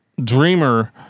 Dreamer